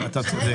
אתה צודק.